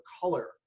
color